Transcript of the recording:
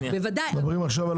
אנחנו מדברים עכשיו על